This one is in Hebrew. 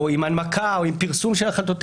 או עם הנמקה, או עם פרסום של החלטותיהם.